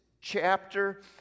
chapter